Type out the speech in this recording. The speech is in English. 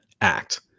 act